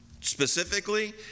specifically